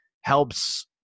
helps